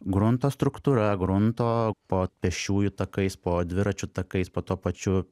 grunto struktūra grunto po pėsčiųjų takais po dviračių takais po tuo pačiu